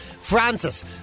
Francis